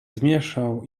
zmieszał